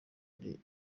ari